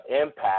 impact